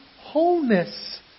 wholeness